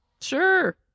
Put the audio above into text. sure